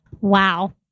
Wow